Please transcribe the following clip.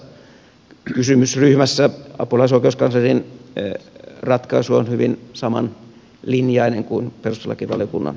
korostettakoon että tässä kysymysryhmässä apulaisoikeuskanslerin ratkaisu on hyvin saman linjainen kuin perustuslakivaliokunnan kanta